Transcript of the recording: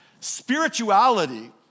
Spirituality